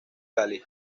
cali